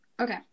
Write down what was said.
Okay